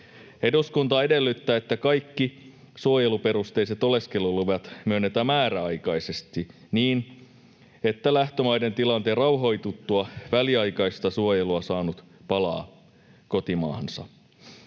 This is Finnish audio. ”Eduskunta edellyttää, että kaikki suojeluperusteiset oleskeluluvat myönnetään määräaikaisesti niin, että lähtömaiden tilanteen rauhoituttua väliaikaista suojelua saanut palaa kotimaahansa.”